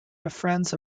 befriends